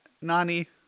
Nani